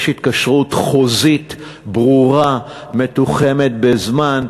יש התקשרות חוזית ברורה ומתוחמת בזמן,